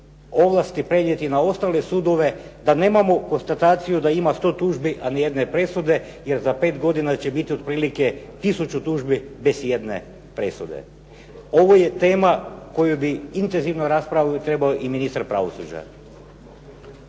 ovlasti prenijeti na ostale sudove, da nemamo konstataciju da ima 100 tužbi, a ni jedne presude jer za 5 godina će biti otprilike 1000 tužbi bez ijedne presude. Ovo je tema koju bi intenzivnu raspravu trebao i ministar pravosuđa.